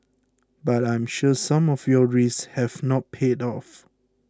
but I'm sure some of your risks have not paid off